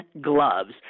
gloves